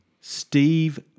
Steve